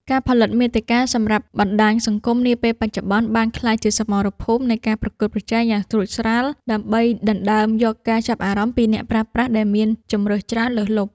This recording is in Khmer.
ការផលិតមាតិកាសម្រាប់បណ្ដាញសង្គមនាពេលបច្ចុប្បន្ន បានក្លាយជាសមរភូមិនៃការប្រកួតប្រជែងយ៉ាងស្រួចស្រាល់ ដើម្បីដណ្ដើមយកការចាប់អារម្មណ៍ពីអ្នកប្រើប្រាស់ដែលមានជម្រើសច្រើនលើសលប់។